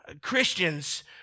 Christians